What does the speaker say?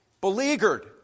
Beleaguered